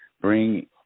bring